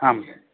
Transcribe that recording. आम्